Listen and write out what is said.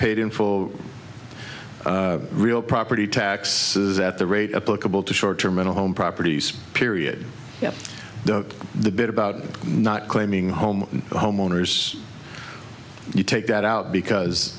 paid in full real property taxes at the rate up a couple to short term in a home properties period yeah the bit about not claiming home homeowners you take that out because